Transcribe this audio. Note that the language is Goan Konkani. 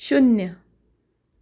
शुन्य